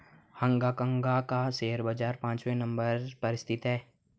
Hong Kong का share बाजार पांचवे नम्बर पर स्थित है